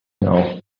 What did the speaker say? No